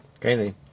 Crazy